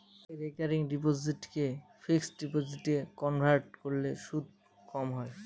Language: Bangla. রেকারিং ডিপোসিটকে ফিক্সড ডিপোজিটে কনভার্ট করলে সুদ কম হয়